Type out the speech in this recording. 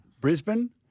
Brisbane